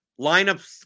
lineups